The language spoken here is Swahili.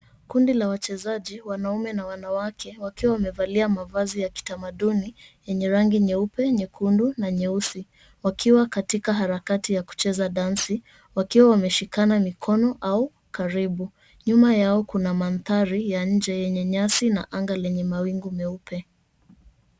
Kundi la wachezaji wanaume na wanawake wakiwa wamevalia mavazi ya kitamaduni yenye rangi nyeupe, nyekundu na nyeusi wakiwa katika harakati ya kucheza dansi wakiwa wameshikana mikono au karibu. Nyuma yao kuna mandhari ya nje yenye nyasi na anga lenye mawingu meupe.